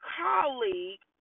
colleague